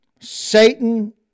Satan